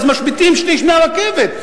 אז משביתים שליש מקרונות הרכבת.